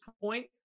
point